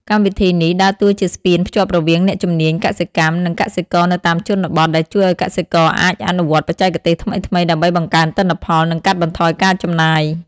កម្មវិធីនេះដើរតួជាស្ពានភ្ជាប់រវាងអ្នកជំនាញកសិកម្ម និងកសិករនៅតាមជនបទ ដែលជួយឲ្យកសិករអាចអនុវត្តបច្ចេកទេសថ្មីៗដើម្បីបង្កើនទិន្នផល និងកាត់បន្ថយការចំណាយ។